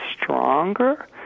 stronger